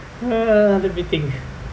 uh let me think